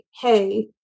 hey